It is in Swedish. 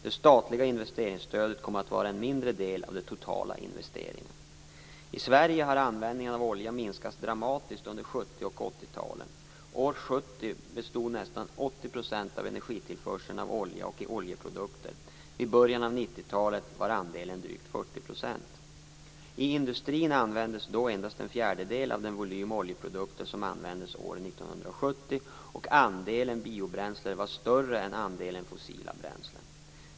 Det statliga investeringsstödet kommer att vara en mindre del av de totala investeringarna. I Sverige har användningen av olja minskat dramatiskt under 70 och 80-talen. År 1970 bestod nästan 80 % av energitillförseln av olja och oljeprodukter, vid början av 90-talet var andelen drygt 40 %. I industrin användes då endast en fjärdedel av den volym oljeprodukter som användes år 1970, och andelen biobränslen var större än andelen fossila bränslen.